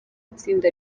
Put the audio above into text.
itsinda